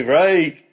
right